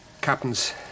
Captain's